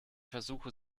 versuche